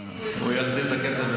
מעניין אם הוא יחזיר.